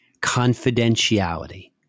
confidentiality